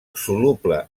soluble